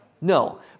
No